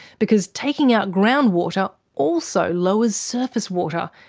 because taking out groundwater also lowers surface water,